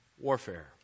warfare